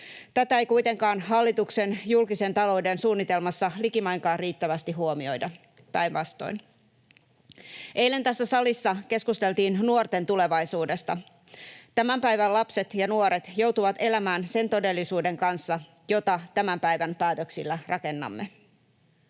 Tätä ei kuitenkaan hallituksen julkisen talouden suunnitelmassa likimainkaan riittävästi huomioida, päinvastoin. Eilen tässä salissa keskusteltiin nuorten tulevaisuudesta. Tämän päivän lapset ja nuoret joutuvat elämään sen todellisuuden kanssa, jota tämän päivän päätöksillä rakennamme.